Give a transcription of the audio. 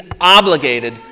obligated